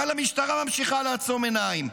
אבל המשטרה ממשיכה לעצום עיניים.